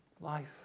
life